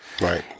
Right